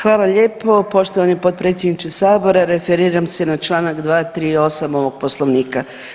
Hvala lijepo poštovani potpredsjedniče sabora, referiram se na čl. 238. ovog Poslovnika.